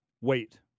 wait